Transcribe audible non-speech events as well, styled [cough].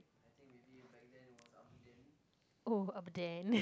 oh then [laughs]